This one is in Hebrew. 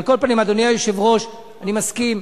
אדוני היושב-ראש, אני מסכים.